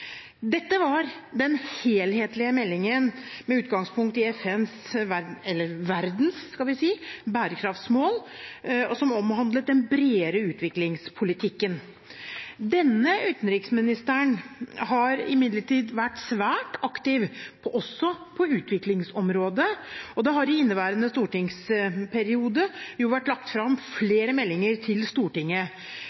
Dette var den helhetlige meldingen med utgangspunkt i FNs – eller verdens, kan vi si – bærekraftsmål, som omhandlet den bredere utviklingspolitikken. Denne utenriksministeren har imidlertid vært svært aktiv også på utviklingsområdet, og det har i inneværende stortingsperiode jo vært lagt fram